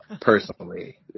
personally